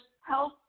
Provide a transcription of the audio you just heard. health